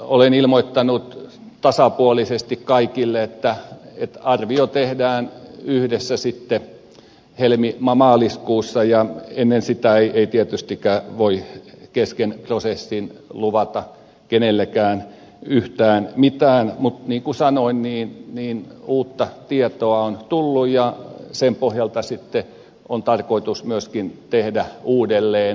olen ilmoittanut tasapuolisesti kaikille että arvio tehdään yhdessä sitten helmimaaliskuussa ja ennen sitä ei tietystikään voi kesken prosessin luvata kenellekään yhtään mitään mutta niin kuin sanoin uutta tietoa on tullut ja sen pohjalta sitten on tarkoitus myöskin tehdä uudelleenarviointeja